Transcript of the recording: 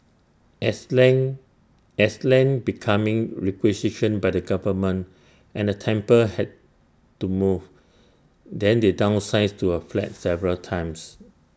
as land as land becoming requisitioned by the government and the temple had to move then they downsize to A flat several times